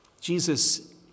Jesus